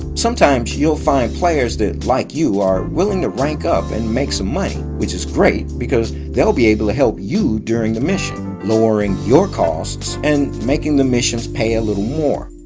sometimes you'll find players that like you are willing to rank up and make some money, which is great because they'll be able to help you during the mission, lowering your costs and making the missions pay a little more.